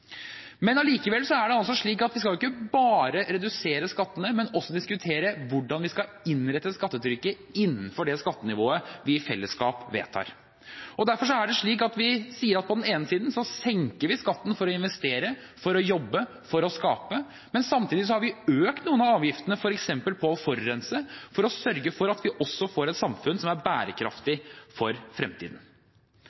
men også diskutere hvordan vi skal innrette skattetrykket innenfor det skattenivået vi i fellesskap vedtar. Derfor sier vi på den ene siden at vi senker skattene for å investere, for å jobbe, for å skape, men samtidig har vi økt noen av avgiftene, f.eks. på å forurense, for å sørge for at vi også får et samfunn som er bærekraftig